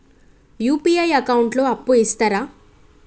UPI account లో అప్పు ఇస్తరా?